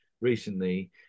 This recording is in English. recently